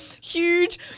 huge